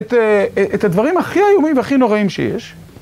את הדברים הכי איומים והכי נוראים שיש.